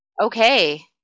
Okay